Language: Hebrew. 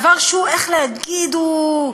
דבר שהוא, איך להגיד, הוא,